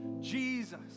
Jesus